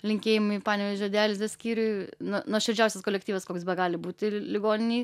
linkėjimai panevėžio dializės skyriui nu nuoširdžiausias kolektyvas koks begali būti ligoninėj